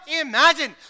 imagine